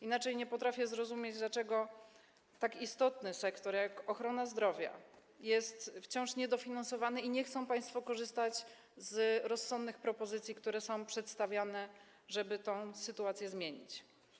Inaczej nie potrafię zrozumieć, dlaczego tak istotny sektor, jak ochrona zdrowia, jest wciąż niedofinansowany i nie chcą państwo korzystać z rozsądnych propozycji, które są przedstawiane, żeby tę sytuację zmienić.